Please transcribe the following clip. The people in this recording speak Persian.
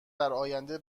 درآینده